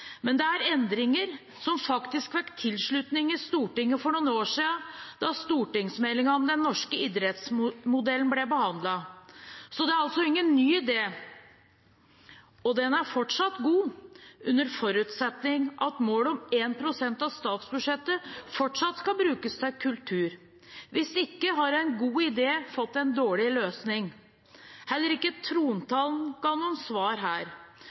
Men dette er endringer som faktisk fikk tilslutning i Stortinget for noen år siden, da stortingsmeldingen om den norske idrettsmodellen ble behandlet. Det er altså ingen ny idé. Den er fortsatt god, under forutsetning av at målet om 1 pst. av statsbudsjettet fortsatt skal brukes til kultur. Hvis ikke har en god idé fått en dårlig løsning. Heller ikke trontalen ga noen svar her,